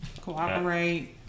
Cooperate